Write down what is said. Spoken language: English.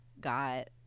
got